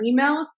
emails